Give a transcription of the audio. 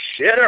shitter